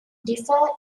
differ